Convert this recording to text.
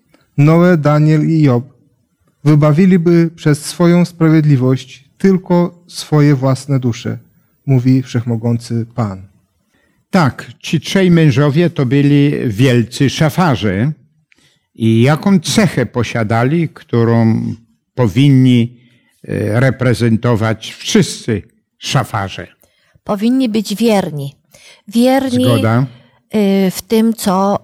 Noe, Daniel i Job, wybawiliby przez swoją sprawiedliwość tylko swoje własne dusze, mówi Wszechmogący Pan. Tak, ci trzej mężowie to byli wielcy szafarze. I jaką cechę posiadali, którą powinni, e, reprezentować wszyscy szafarze? Powinni być wierni. Wierni, Zgoda. e, w tym, co